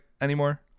anymore